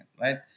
right